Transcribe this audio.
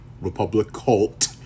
Republic-cult